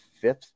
fifth